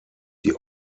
die